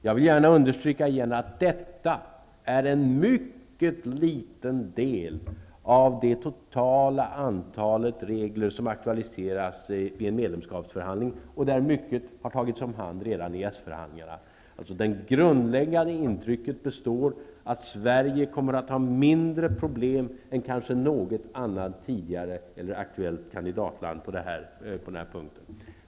Jag vill gärna återigen understryka att detta är en mycket liten del av det totala antalet regler som aktualiseras vid en medlemskapsförhandling. Mycket har där tagits om hand redan vid EES-förhandlingarna. Det grundläggande intrycket består, nämligen att Sverige kommer att ha mindre problem än kanske något annat tidigare aktuellt kandidatland på den här punkten.